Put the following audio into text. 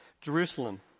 Jerusalem